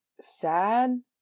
sad